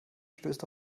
stößt